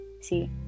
See